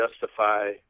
justify